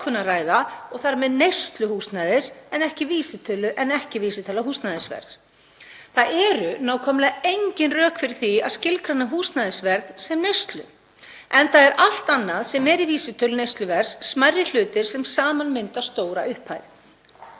og þar með neyslu húsnæðis, en ekki vísitölu húsnæðisverðs. Það eru nákvæmlega engin rök fyrir því að skilgreina húsnæðisverð sem neyslu, enda er allt annað í vísitölu neysluverðs smærri hlutir sem saman mynda stóra upphæð.